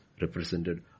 represented